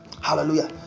hallelujah